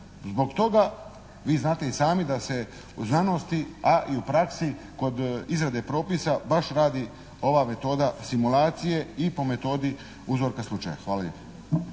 Zbog toga, vi znate i sami da se u znanosti a i u praksi kod izrade propisa baš radi ova metoda simulacije i po metodi uzorka slučaja. Hvala lijepo.